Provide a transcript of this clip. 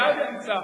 מייד תמצא.